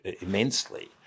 immensely